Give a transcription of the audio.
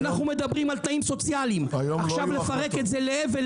אנחנו מדברים על תנאים סוציאליים; גם אם נפרק את זה לאבל,